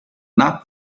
not